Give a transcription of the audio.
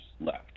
left